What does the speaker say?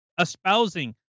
espousing